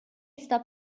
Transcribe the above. stop